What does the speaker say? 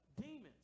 Demons